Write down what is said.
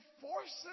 forces